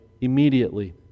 immediately